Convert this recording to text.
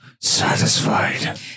satisfied